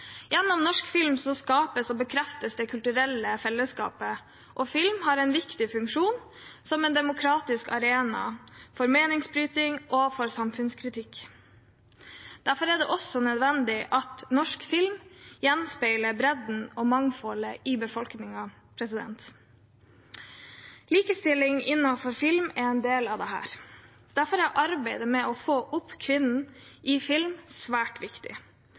Gjennom norsk film skapes og bekreftes det kulturelle fellesskapet, og film har en viktig funksjon som en demokratisk arena for meningsbryting og for samfunnskritikk. Derfor er det også nødvendig at norsk film gjenspeiler bredden og mangfoldet i befolkningen. Likestilling innenfor film er en del av dette, derfor er arbeidet med å få opp kvinneandelen i film svært viktig.